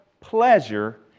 pleasure